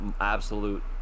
absolute